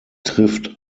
trifft